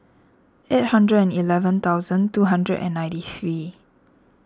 eight hundred and eleven thousand two hundred and ninety three